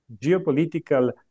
geopolitical